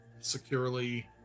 securely